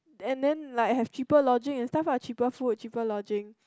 and then like have cheaper lodging and stuffs lah cheaper food cheaper lodging